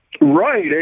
Right